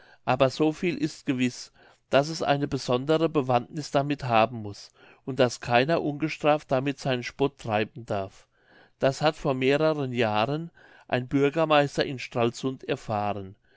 aber so viel ist gewiß daß es eine besondere bewandniß damit haben muß und daß keiner ungestraft damit seinen spott treiben darf das hat vor mehreren jahren ein bürgermeister in stralsund erfahren